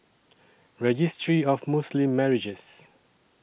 Registry of Muslim Marriages